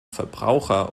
verbraucher